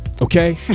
okay